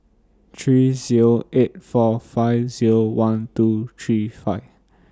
three Zero eight four five Zero one two three five